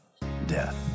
death